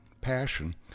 passion